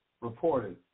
reported